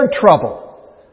trouble